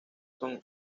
son